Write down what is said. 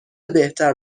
بهتر